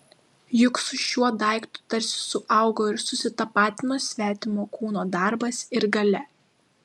juk su šiuo daiktu tarsi suaugo ir susitapatino svetimo kūno darbas ir galia